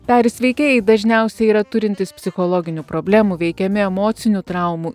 peris veikėjai dažniausiai yra turintys psichologinių problemų veikiami emocinių traumų